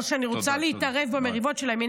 לא שאני רוצה להתערב במריבות שלהם.